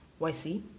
YC